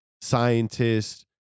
scientists